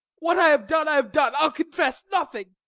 what i have done, i have done i ll confess nothing.